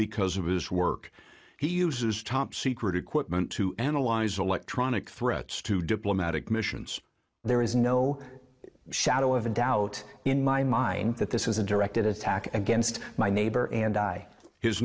because of his work he uses top secret equipment to analyze electronic threats to diplomatic missions there is no shadow of a doubt in my mind that this is a direct attack against my neighbor and i his